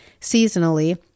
seasonally